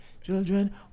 children